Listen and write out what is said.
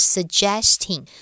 Suggesting